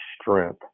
strength